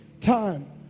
time